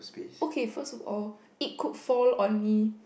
okay first of all it could fall on me